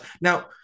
Now